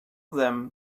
them